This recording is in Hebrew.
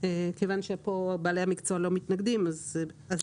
כיוון שפה בעלי המקצוע לא מתנגדים, אז בסדר.